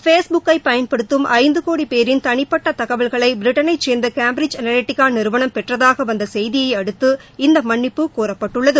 base புக்கை பயன்படுத்துவோர் ஐந்து கோடி பேரின் தனிப்பட்ட தகவல்களை பிரிட்டனை சேர்ந்த கேம்பிரிட்ஜ் அனவட்டிக்கா நிறுவனம் பெற்றதாக வந்த செய்தியையடுத்து இந்த மன்னிப்பு கோரப்பட்டுள்ளது